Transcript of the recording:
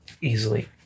easily